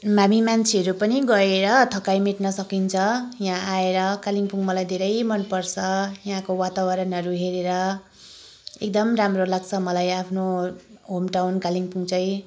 हामी मान्छेहरू पनि गएर थकाइ मेट्न सकिन्छ यहाँ आएर कालिम्पोङ मलाई धेरै मनपर्छ यहाँको वातावरणहरू हेरेर एकदम राम्रो लाग्छ मलाई आफ्नो होम टाउन कालिम्पोङ चाहिँ